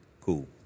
Cool